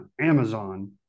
Amazon